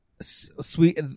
Sweet